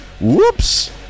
Whoops